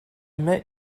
met